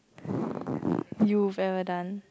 you've ever done